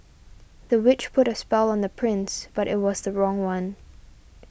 the witch put a spell on the prince but it was the wrong one